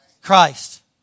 Christ